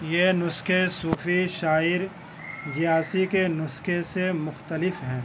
یہ نسخے صوفی شاعر جیاسی کے نسخے سے مختلف ہیں